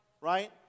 right